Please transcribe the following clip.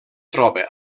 troba